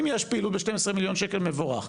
אם יש פעילות ב-12 מיליון שקל מבורך.